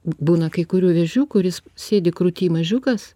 būna kai kurių vėžių kuris sėdi krūty mažiukas